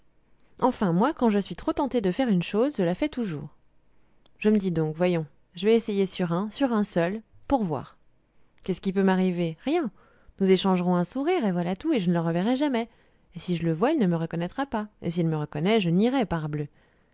enfin moi quand je suis trop tentée de faire une chose je la fais toujours je me dis donc voyons je vais essayer sur un sur un seul pour voir qu'est-ce qui peut m'arriver rien nous échangerons un sourire et voilà tout et je ne le reverrai jamais et si je le vois il ne me reconnaîtra pas et s'il me reconnaît je nierai parbleu